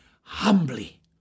Humbly